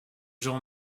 jour